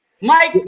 Mike